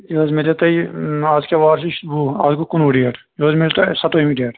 یہِ حظ مےٚ دیُت تۅہہِ اَز کیٛاہ وار چھِ اَز گوٚو کُنوُہ ڈیٹ یہِ حظ میلہِ تۅہہِ سَتووُہمہِ ڈیٹہٕ